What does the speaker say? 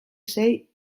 sei